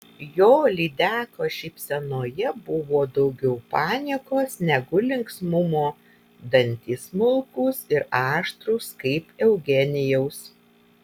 jo lydekos šypsenoje buvo daugiau paniekos negu linksmumo dantys smulkūs ir aštrūs kaip eugenijaus